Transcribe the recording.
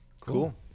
Cool